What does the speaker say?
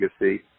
legacy